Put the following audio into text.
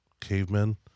cavemen